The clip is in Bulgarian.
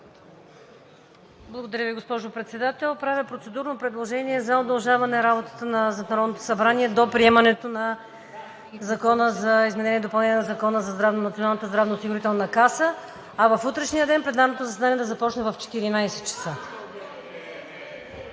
Благодаря Ви, госпожо Председател. Правя процедурно предложение за удължаване работата на Народното събрание до приемането на Закона за изменение и допълнение на Закона за Националната здравноосигурителна каса, а в утрешния ден пленарното заседание да започне в 14,00 ч.